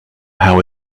how